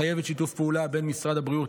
מחייבת שיתוף פעולה בין משרד הבריאות